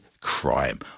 crime